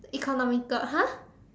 economical !huh!